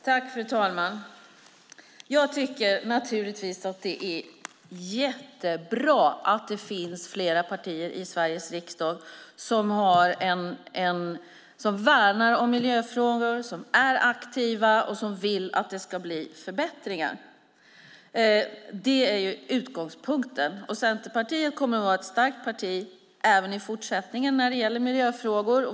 Fru talman! Jag tycker naturligtvis att det är jättebra att det finns flera partier i Sveriges riksdag som värnar om miljöfrågor, är aktiva och vill att det ska bli förbättringar. Det är utgångspunkten. Centerpartiet kommer att vara ett starkt parti även i fortsättningen när det gäller miljöfrågor.